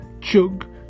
chug